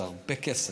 זה הרבה כסף.